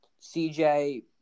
CJ